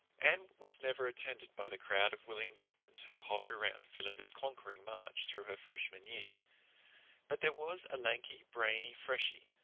anne was never attended by the crowd of willing victims who hovered around philippa's conquering march through her freshman year but there was a lanky, brainy freshie,